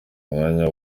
mwanya